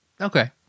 Okay